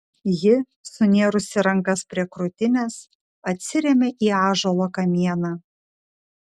ji sunėrusi rankas prie krūtinės atsirėmė į ąžuolo kamieną